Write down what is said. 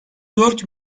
dört